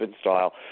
style